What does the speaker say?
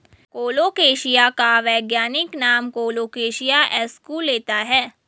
colocasia का वैज्ञानिक नाम कोलोकेशिया एस्कुलेंता होता है